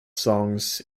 songs